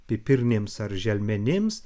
pipirnėms ar želmenims